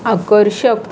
आकर्षक